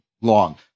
long